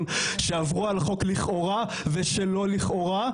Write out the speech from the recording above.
שעברו על חוק לכאורה ושלא לכאורה,